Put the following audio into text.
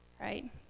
right